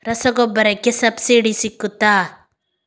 ರಸಗೊಬ್ಬರಕ್ಕೆ ಸಬ್ಸಿಡಿ ಸಿಗ್ತದಾ?